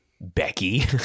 becky